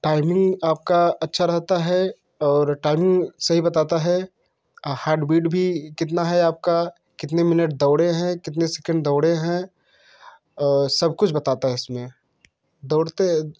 timing आपका अच्छा रहता है और टाइमिंग सही बताता है और हार्टबीट भी कितना है आपका कितने मिनट दौड़े हैं कितने सेकंड दौड़े हैं सब कुछ बताता है इसमें दौड़ते